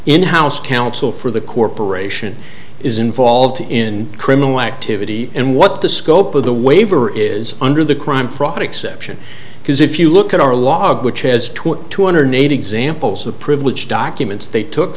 in house counsel for the corporation is involved in criminal activity and what the scope of the waiver is under the crime fraud exception because if you look at our law which has twenty two hundred eighty examples of privileged documents they took